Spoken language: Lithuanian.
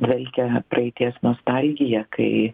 dvelkia praeities nostalgija kai